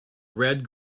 red